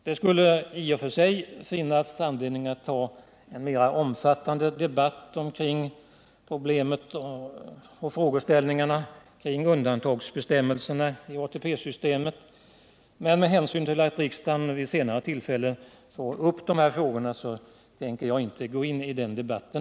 Det skulle i och för sig kunna finnas anledning att mera ingående debattera problemen och frågeställningarna i fråga om undantagsbestämmelserna inom ATP-systemet, men med hänsyn till att frågan vid ett senare tillfälle kommer att tas upp till behandling i riksdagen tänker jag inte nu aktualisera en sådan debatt.